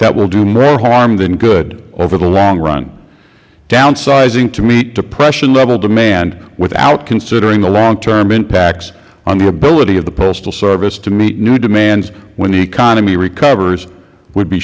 that will do more harm than good over the long run downsizing to meet depression level demand without considering the long term impacts on the ability of the postal service to meet new demands when the economy recovers would be